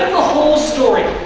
whole story,